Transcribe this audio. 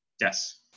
yes